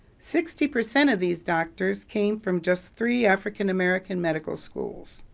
sixty percent of these doctors came from just three african american medical schools.